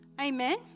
Amen